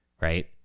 right